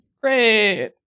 Great